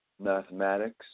mathematics